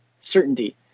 certainty